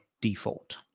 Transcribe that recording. default